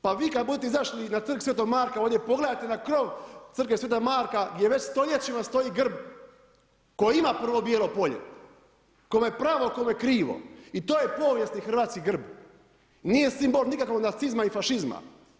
Pa vi kada budete izašli na Trg sv. Marka ovdje pogledajte na krov Crkve sv. Marka gdje već stoljećima stoji grb koji ima prvo bijelo polje, kome pravo kome krivo i to je povijesni hrvatski grb, nije simbol nikakvog nacizma i fašizma.